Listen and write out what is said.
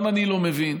גם אני לא מבין.